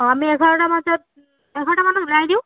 অ' আমি এঘাৰটা বজাত এঘাৰটামানত ওলাই দিওঁ